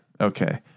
Okay